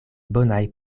bonaj